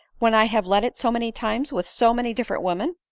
when i have led it so many times with so many different women?